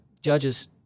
judges